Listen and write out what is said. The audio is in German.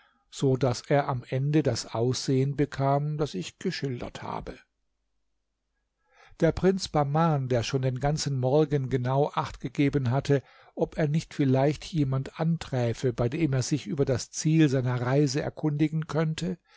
so daß er am ende das aussehen bekam das ich geschildert habe der prinz bahman der schon den ganzen morgen genau acht gegeben hatte ob er nicht vielleicht jemand anträfe bei dem er sich über das ziel seiner reise erkundigen könnte